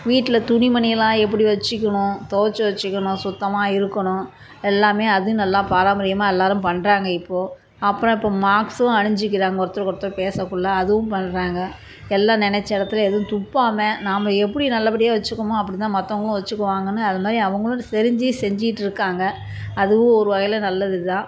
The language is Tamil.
வீட்டில் துணி மணியெல்லாம் எப்படி வச்சுக்கணும் துவைத்து வச்சிக்கணும் சுத்தமாக இருக்கணும் எல்லாம் அதுவும் நல்லா பாரம்பரியமாக எல்லோரும் பண்ணுறாங்க இப்போ அப்புறம் இப்போ மாஸ்க்கும் அணிஞ்சிக்கிறாங்க ஒருத்தருக்குவொருத்தரு பேசக்குள்ள அதுவும் பண்ணுறாங்க எல்லாம் நினச்ச இடத்துல எதுவும் துப்பாம நாம் எப்படி நல்லபடியாக வச்சிக்கணும் அப்படிதான் மற்றவங்களும் வச்சிக்குவாங்கன்னு அதுமாதிரி அவங்களும் தெரிஞ்சி செஞ்சிட்டு இருக்காங்க அதுவும் ஒரு வகையில் நல்லது தான்